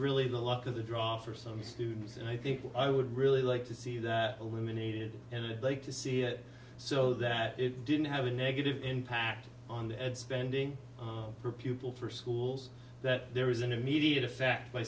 really the luck of the draw for some students and i think i would really like to see that eliminated and the like to see it so that it didn't have a negative impact on the ed spending per pupil for schools that there is an immediate effect by